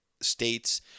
states